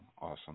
awesome